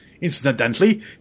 Incidentally